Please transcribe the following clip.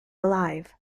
alive